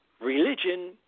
Religion